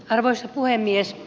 arvoisa puhemies